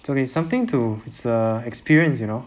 so there's something to it's a experience you know